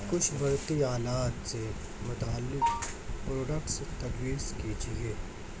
کچھ برقی آلات سے متعلق پراڈکٹس تجویز کیجیے